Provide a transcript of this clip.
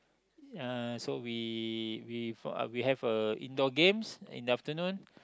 uh so we we form uh we have a indoor games in the afternoon